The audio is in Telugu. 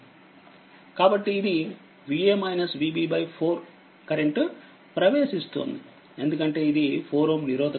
కాబట్టిఇదిVa-Vb4 కరెంటు ప్రవేశిస్తుందిఎందుకంటే ఇది 4Ω నిరోధకత